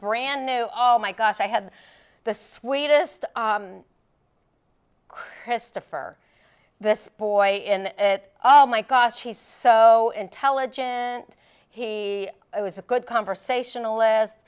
brand new oh my gosh i have the sweetest christopher this boy and it oh my gosh he's so intelligent he was a good conversationalist